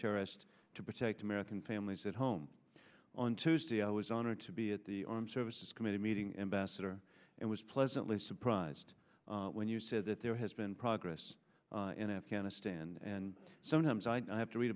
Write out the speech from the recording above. terrorists to protect american families at home on tuesday i was honored to be at the armed services committee meeting ambassador and was pleasantly surprised when you said that there has been progress in afghanistan and sometimes i have to read